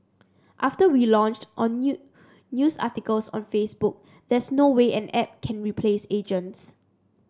after we launched on new news articles on Facebook there's no way an app can replace agents